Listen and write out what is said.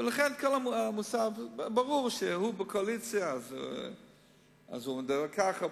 ולכן כל המושג: ברור שהוא בקואליציה אז הוא מדבר כך,